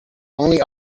only